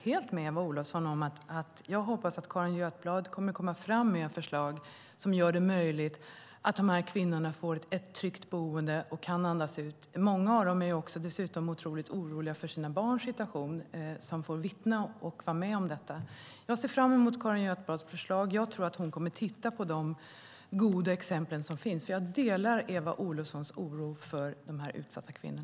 Precis som Eva Olofsson hoppas jag att Carin Götblad kommer med förslag som gör det möjligt för dessa kvinnor att få ett tryggt boende och kunna andas ut. Många av dem är dessutom oroliga för sina barn som har bevittnat och varit med om detta. Jag ser fram emot Carin Götblads förslag. Jag tror och hoppas att hon kommer att titta på de goda exempel som finns, för jag delar Eva Olofssons oro för dessa utsatta kvinnor.